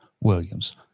Williams